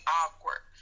awkward